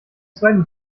zweiten